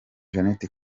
janete